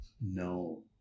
no